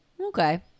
okay